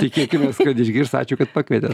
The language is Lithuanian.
tikėkimės kad išgirs ačiū kad pakvietėt